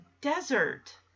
desert